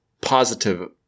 positive